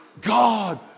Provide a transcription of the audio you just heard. God